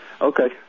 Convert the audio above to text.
Okay